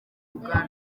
uganda